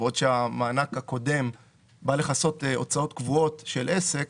בעוד שהמענק הקודם בא לכסות הוצאות קבועות של עסק,